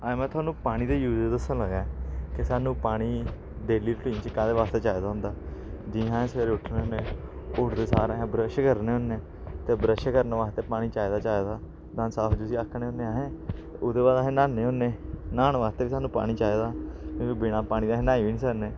अज्ज में थुआनू पानी दे यूजिज दस्सन लगा ऐं कि सानूं पानी डेल्ली रुटीन च केह्दे बास्ते चाहिदा होंदा जि'यां अस सबेरे उट्ठने होन्ने उठदे सार अस ब्रश करने होन्ने ते ब्रश करने बास्ते पानी चाहिदा गै चाहिदा दंद साफ जिसी आक्खने होन्ने अस ते ओहदे बाद अस न्हान्ने होन्ने न्हान बास्ते बी सानूं पानी चाहिदा क्योंकि बिना पानी दे अस न्हाई बी निं सकने